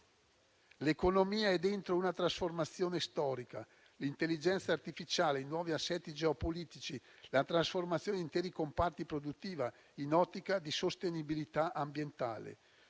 L'economia è dentro una trasformazione storica, con l'intelligenza artificiale, i nuovi assetti geopolitici e la trasformazione di interi comparti produttivi nell'ottica della sostenibilità ambientale.